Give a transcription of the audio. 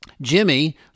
Jimmy